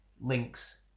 links